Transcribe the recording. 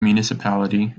municipality